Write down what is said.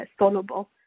soluble